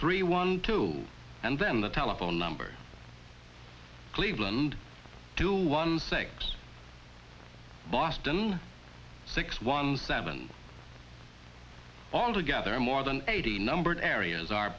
three one two and then the telephone number cleveland two one six boston six one seven all together more than eighty numbered areas